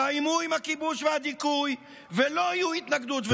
סיימו עם הכיבוש והדיכוי, ולא יהיו התנגדות ומרי.